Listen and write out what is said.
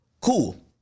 Cool